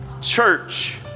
Church